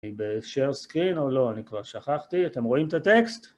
אני בשייר סקרין או לא? אני כבר שכחתי, אתם רואים את הטקסט?